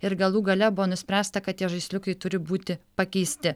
ir galų gale buvo nuspręsta kad tie žaisliukai turi būti pakeisti